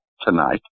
tonight